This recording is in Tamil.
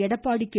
எடப்பாடி கே